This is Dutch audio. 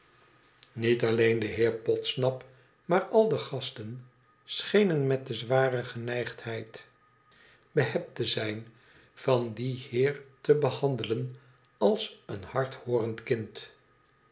niet alleen de heer podsnap maar al de gasten schenen met de dwaze geneigdheid behebt te zijn van dien heer te behandelen ab een hardhoorend kind